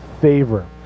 favor